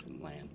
Land